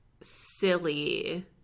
silly